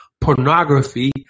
Pornography